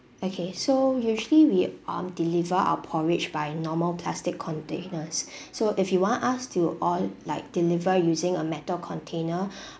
okay so usually we um deliver our porridge by normal plastic containers so if you want us to all like deliver using a metal container